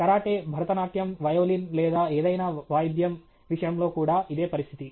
karate Bharatanatyam violin లేదా ఏదైనా వాయిద్యం విషయంలో కూడా ఇదే పరిస్థితి